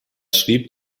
schrieb